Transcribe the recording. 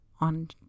on